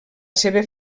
seva